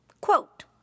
quote